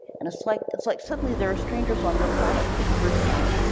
and it's like it's like suddenly there are strangers on your planet for the first time.